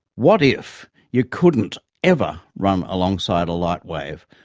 what if you couldn't ever run alongside a light wave?